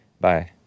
Bye